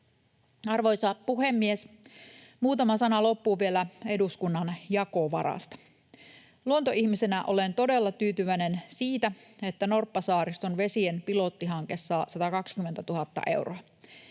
Arvoisa puhemies! Muutama sana loppuun vielä eduskunnan jakovarasta. Luontoihmisenä olen todella tyytyväinen siitä, että norppasaariston vesien pilotointihanke saa 120 000 euroa.